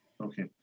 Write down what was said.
Okay